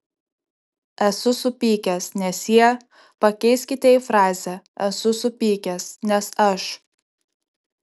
esu supykęs nes jie pakeiskite į frazę esu supykęs nes aš